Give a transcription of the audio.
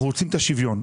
אנחנו רוצים את השוויון.